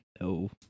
No